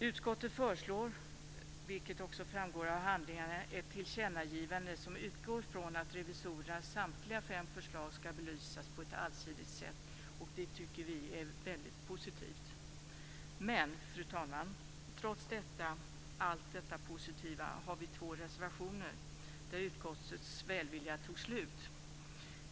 Utskottet föreslår, vilket också framgår av handlingarna, ett tillkännagivande som utgår från att revisorernas samtliga fem förslag ska belysas på ett allsidigt sätt. Det tycker vi är väldigt positivt. Trots detta, fru talman, trots allt detta positiva, har vi två reservationer. Där tog utskottets välvilja slut.